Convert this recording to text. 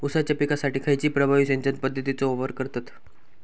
ऊसाच्या पिकासाठी खैयची प्रभावी सिंचन पद्धताचो वापर करतत?